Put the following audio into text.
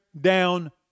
down